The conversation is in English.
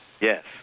Yes